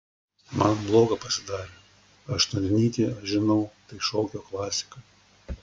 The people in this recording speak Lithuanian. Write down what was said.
man bloga pasidarė aštuonnytį aš žinau tai šokio klasika